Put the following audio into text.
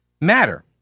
matter